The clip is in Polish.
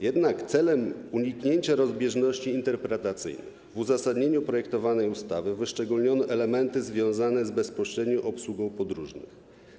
Jednak celem uniknięcia rozbieżności interpretacyjnych w uzasadnieniu projektowanej ustawy wyszczególniono elementy związane z bezpośrednią obsługą podróżnych.